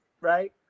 right